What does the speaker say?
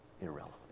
irrelevant